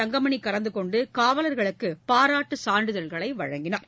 தங்கமணிகலந்துகொண்டுகாவலர்களுக்குபாராட்டுசான்றிதழ்களைவழங்கினார்